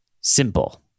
simple